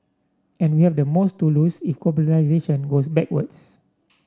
and we have the most to lose if globalisation goes backwards